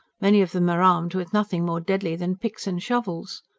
many of them are armed with nothing more deadly than picks and shovels.